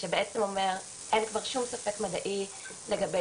שבעצם אומר אין כבר שום ספק מדעי לגבי